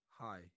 Hi